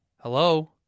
Hello